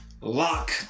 lock